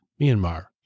Myanmar